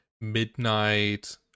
midnight